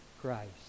Christ